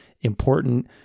important